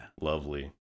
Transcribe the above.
Lovely